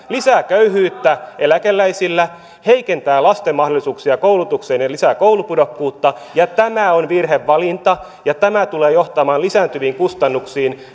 lisää köyhyyttä eläkeläisillä heikentää lasten mahdollisuuksia koulutukseen ja ja lisää koulupudokkuutta tämä on virhevalinta ja tämä tulee johtamaan lisääntyviin kustannuksiin